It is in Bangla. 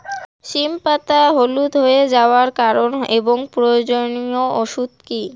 সিম পাতা হলুদ হয়ে যাওয়ার কারণ এবং প্রয়োজনীয় ওষুধ কি?